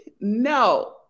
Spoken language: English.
no